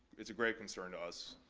it's a great concern to us,